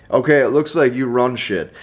okay, it looks like you run shit.